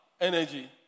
energy